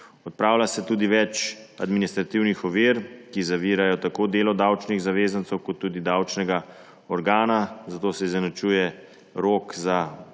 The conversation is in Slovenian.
Odpravlja se tudi več administrativnih ovir, ki zavirajo tako delo davčnih zavezancev kot tudi davčnega organa, zato se izenačuje rok za plačilo